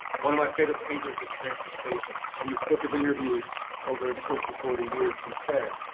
one of my favorite painters is francis bacon. in this book of interviews, over the course of forty years, he said,